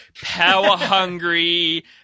power-hungry